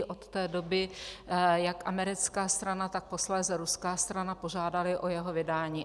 Od té doby jak americká strana, tak posléze ruská strana požádaly o jeho vydání.